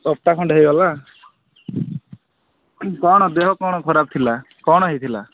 ଦଶଟା ଖଣ୍ଡେ ହୋଇଗଲା କ'ଣ ଦେହ କ'ଣ ଖରାପ ଥିଲା କ'ଣ ହୋଇଥିଲା